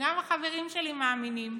שגם החברים שלי מאמינים.